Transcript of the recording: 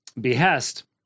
behest